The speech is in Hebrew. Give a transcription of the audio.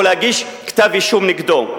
או להגיש כתב אישום נגדו.